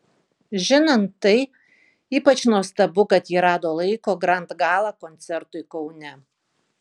žinant tai ypač nuostabu kad ji rado laiko grand gala koncertui kaune